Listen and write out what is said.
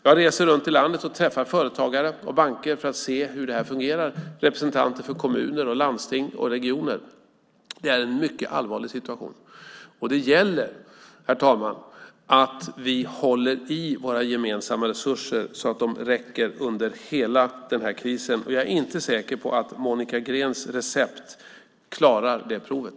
Jag reser runt i landet och träffar företagare, banker och representanter för kommuner, landsting och regioner för att se hur detta fungerar. Det är en mycket allvarlig situation. Det gäller att vi håller i våra gemensamma resurser så att de räcker under hela krisen. Jag är inte säker på att Monica Greens recept klarar det provet.